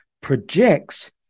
projects